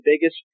biggest